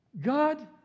God